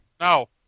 No